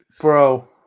Bro